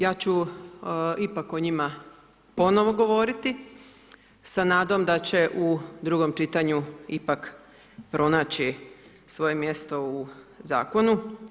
Ja ću ipak o njima ponovo govoriti sa nadom da će u drugom čitanju ipak pronaći svoje mjesto u zakonu.